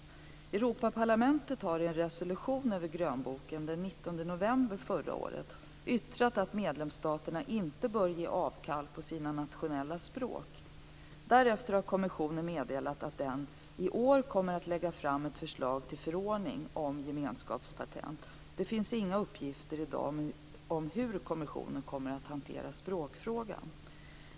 Europaparlamentet har i en resolution över grönboken den 19 november förra året yttrat att medlemsstaterna inte bör ge avkall på sina nationella språk. Därefter har kommissionen meddelat att den i år kommer att lägga fram ett förslag till förordning om gemenskapspatent. Det finns inga uppgifter i dag om hur kommissionen kommer att hantera språkfrågan.